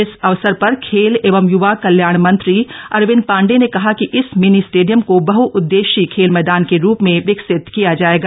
इस अवसर पर खेल एवं युवा कल्याण मंत्री अरविंद पांडे ने कहा कि इस मिनी स्डेडियम को बहउद्देश्यीय खेल मैदान के रूप में विकसित किया जायेगा